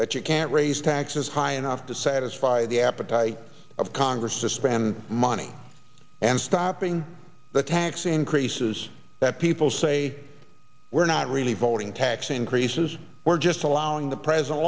that you can't raise taxes high enough to satisfy the appetite of congress to spend money and stopping the tax increases that people say were not really voting tax increases were just allowing the president